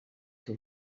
que